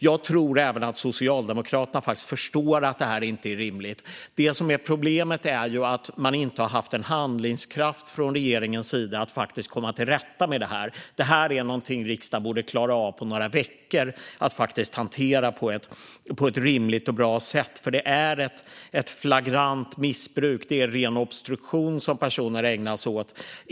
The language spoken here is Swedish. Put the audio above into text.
Jag tror att även Socialdemokraterna förstår att det inte är rimligt. Problemet är att regeringen inte har haft tillräcklig handlingskraft för att komma till rätta med det. Det är något som riksdagen borde klara av att på ett par veckor hantera på ett rimligt och bra sätt. Det är ett flagrant missbruk. Det är ren obstruktion som personer ägnar sig åt.